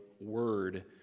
word